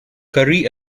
currie